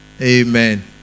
Amen